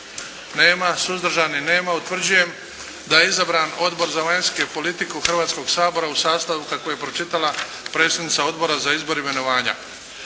Nema. Suzdržanih? Nema. Utvrđujem da je izabran Odbor za vanjsku politiku Hrvatskoga sabora u sastavu kako je pročitala predsjednica Odbora za izbor i imenovanja.